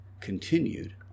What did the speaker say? Continued